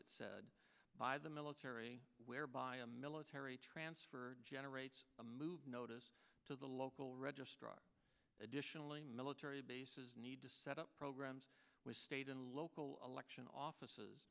it said by the military whereby a military transfer generates a move notice to the local registrar additionally military bases need to set up programs with state and local election offices